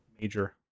Major